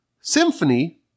symphony